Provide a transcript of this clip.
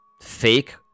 fake